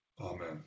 Amen